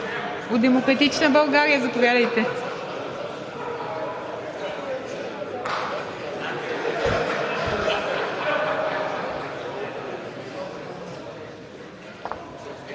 От „Демократична България“? Заповядайте.